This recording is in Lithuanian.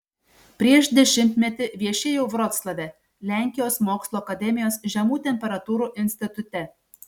prieš dešimtmetį viešėjau vroclave lenkijos mokslų akademijos žemų temperatūrų institute